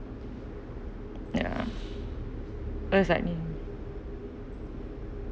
ya exactly